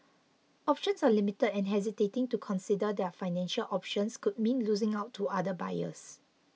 options are limited and hesitating to consider their financial options could mean losing out to other buyers